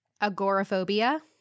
agoraphobia